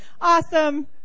Awesome